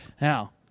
Now